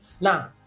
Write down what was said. Now